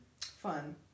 fun